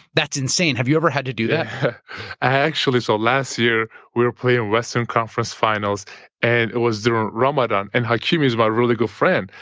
that's insane. have you ever had to do that? i actually. so last year we were playing western conference finals and it was during ramadan and hakeem is my really good friend.